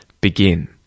begin